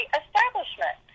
establishment